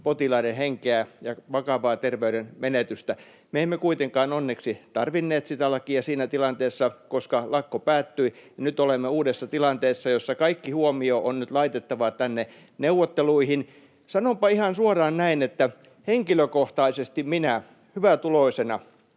potilaiden henkeä ja terveyttä vakavalla tavalla. Me emme kuitenkaan onneksi tarvinneet sitä lakia siinä tilanteessa, koska lakko päättyi, ja nyt olemme uudessa tilanteessa, jossa kaikki huomio on nyt laitettava tänne neuvotteluihin. Sanonpa ihan suoraan näin, että henkilökohtaisesti minä — hyvätuloisena,